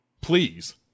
Please